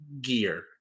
gear